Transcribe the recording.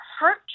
Hurt